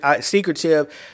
secretive